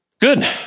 Good